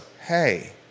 hey